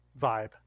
vibe